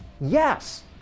yes